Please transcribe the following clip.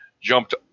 jumped